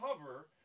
cover